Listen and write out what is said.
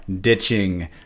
ditching